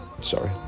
Sorry